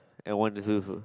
and one is